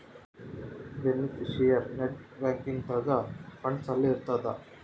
beneficiary net banking ದಾಗ funds ಅಲ್ಲಿ ಇರ್ತದ